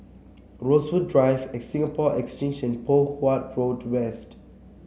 Rosewood Drive at Singapore Exchange and Poh Huat Road West